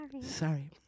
Sorry